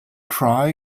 try